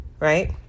Right